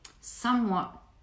somewhat